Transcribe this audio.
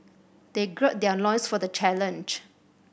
they gird their loins for the challenge